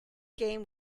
game